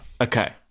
Okay